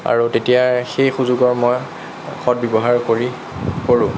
আৰু তেতিয়া সেই সুযোগৰ মই সৎ ব্যৱহাৰ কৰি কৰোঁ